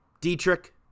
Dietrich